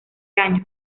años